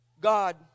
God